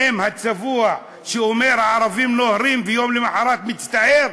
האם הצבוע שאומר הערבים נוהרים, ויום למחרת מצטער?